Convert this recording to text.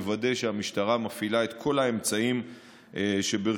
מוודא שהמשטרה מפעילה את כל האמצעים שברשותה